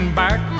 back